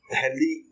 healthy